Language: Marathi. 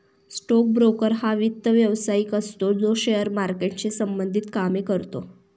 स्टोक ब्रोकर हा वित्त व्यवसायिक असतो जो शेअर मार्केटशी संबंधित कामे करतो